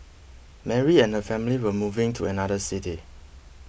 Mary and her family were moving to another city